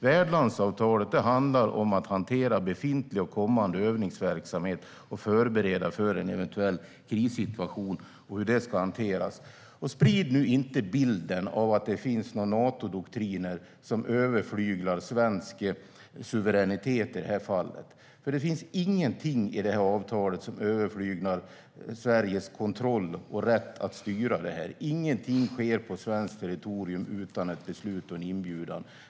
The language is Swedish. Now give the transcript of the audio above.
Värdlandsavtalet handlar om att hantera befintlig och kommande övningsverksamhet samt att förbereda sig för en eventuell krissituation. Sprid nu inte en bild av att det finns Natodoktriner som överflyglar svensk suveränitet i detta fall! Det finns ingenting i detta avtal som överflyglar Sveriges kontroll och rätt att styra detta. Ingenting sker på svenskt territorium utan ett beslut och en inbjudan.